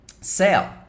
sale